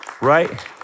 right